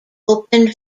opened